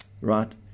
Right